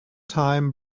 time